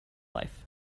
life